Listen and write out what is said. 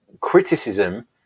criticism